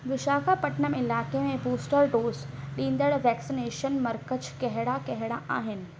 विशाखापट्टनम इलाइक़े में booster dose ॾींदड़ वैक्सीनेशन मर्कज़ कहिड़ा कहिड़ा आहिनि